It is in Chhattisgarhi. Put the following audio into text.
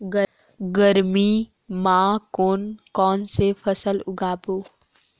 गरमी मा कोन कौन से फसल उगाबोन?